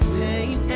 pain